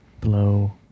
blow